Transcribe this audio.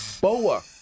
boa